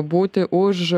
būti už